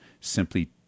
simply